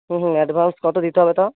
হুম হুম অ্যাডভান্স কত দিতে হবে তাও